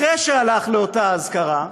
אחרי שהלך לאותה אזכרה,